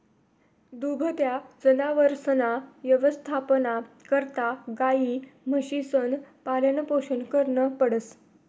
दुभत्या जनावरसना यवस्थापना करता गायी, म्हशीसनं पालनपोषण करनं पडस